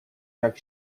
jak